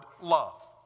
love